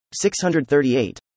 638